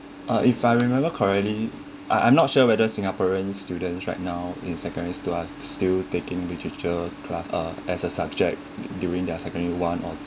uh if I remember correctly I I'm not sure whether singaporeans students right now in secondary school are still taking literature class or as a subject during their secondary one or two